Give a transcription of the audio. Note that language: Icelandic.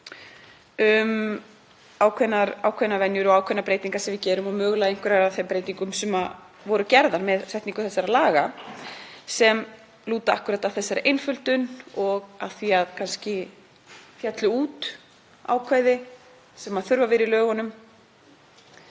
um ákveðnar venjur og ákveðnar breytingar sem við gerum og mögulega einhverjar af þeim breytingum sem voru gerðar með setningu þessara laga sem lúta akkúrat að þessari einföldun og af því að kannski féllu út ákvæði sem þurfa að vera í lögunum.